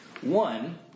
One